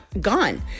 gone